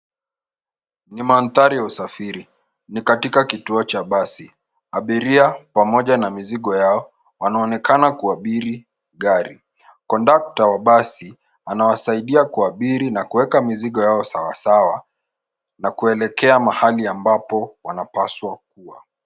Ni mandhari ya usafiri. Ni katika kituo cha basi. Abiria pamoja na mizigo yao wanaonekana kuabiri gari. Kondakta wa basi anawasaidia kuabiri na kuweka mizigo yao sawa sawa na kuelekea mahali ambapo wanapasawa kuwa.